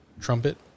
trumpet